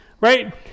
Right